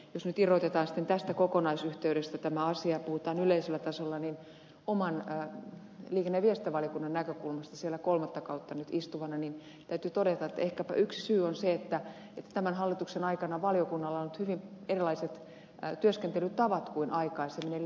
jos nyt irrotetaan tästä yhteydestä tämä asia puhutaan yleisellä tasolla niin liikenne ja viestintävaliokunnan näkökulmasta siellä kolmatta kautta nyt istuvana täytyy todeta että ehkäpä yksi syy on se että tämän hallituksen aikana valiokunnalla on ollut hyvin erilaiset työskentelytavat kuin aikaisemmin